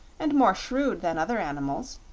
and more shrewd than other animals,